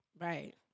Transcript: Right